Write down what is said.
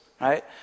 right